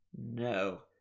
no